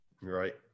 Right